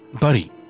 Buddy